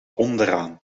onderaan